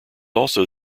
also